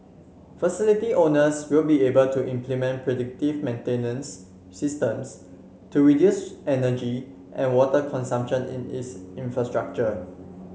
facility owners will be able to implement predictive maintenance systems to reduce energy and water consumption in its infrastructure